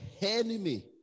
enemy